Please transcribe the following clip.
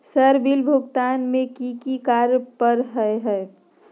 Sir bill भुगतान में की की कार्य पर हहै?